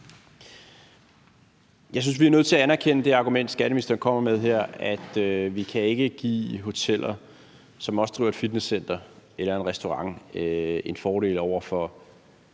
Jeg synes, vi er nødt til at anerkende det argument, skatteministeren kommer med her, om, at vi ikke kan give hoteller, som også driver et fitnesscenter eller en restaurant, en fordel over for